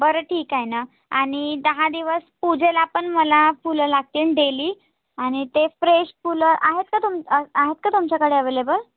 बरं ठीक आहे ना आणि दहा दिवस पूजेला पण मला फुलं लागतील डेली आणि ते फ्रेश फुलं आहेत का तुम आहेत का तुमच्याकडे अव्हेलेबल